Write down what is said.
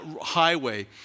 highway